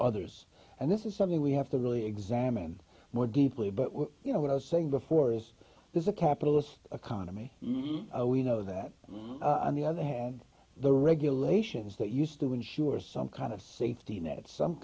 others and this is something we have to really examine more deeply but you know what i was saying before is this a capitalist economy we know that on the other hand the regulations that used to ensure some kind of safety net some